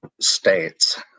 states